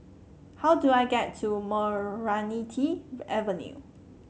how do I get to Meranti Avenue